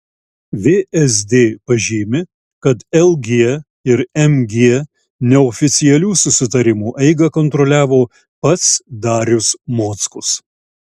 vsd pažymi kad lg ir mg neoficialių susitarimų eigą kontroliavo pats darius mockus